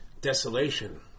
Desolation